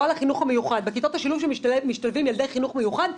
לא על החינוך המיוחד בכיתות השילוב שמשתלבים ילדי חינוך מיוחד,